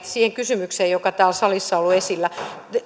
siihen kysymykseen joka täällä salissa on ollut esillä